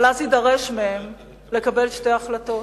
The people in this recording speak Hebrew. אבל אז יידרש מהם לקבל שתי החלטות,